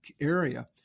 area